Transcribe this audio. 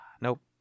Nope